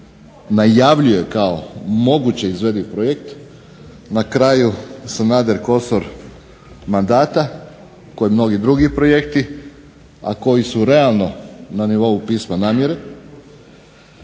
najavljuje kao moguće izvediv projekt, na kraju Sanader-Kosor mandata kao i mnogi drugi projekti, a koji su realno na nivou pismo namjere,